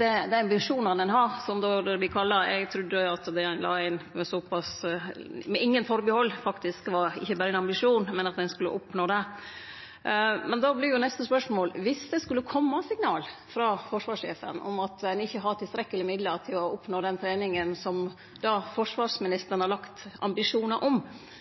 dei visjonane ein har, som eg trudde ein la inn utan atterhald, faktisk ikkje berre var ein ambisjon, men at ein skulle oppnå dei. Då vert neste spørsmål: Viss det skulle kome signal frå forsvarssjefen om at ein ikkje har tilstrekkeleg med midlar til å oppnå den treninga som forsvarsministeren har ambisjonar om,